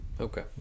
Okay